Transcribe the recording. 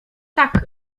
tak